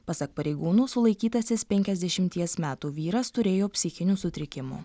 pasak pareigūnų sulaikytasis penkiasdešimties metų vyras turėjo psichinių sutrikimų